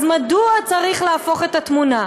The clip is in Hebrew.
אז מדוע צריך להפוך את התמונה?